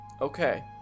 Okay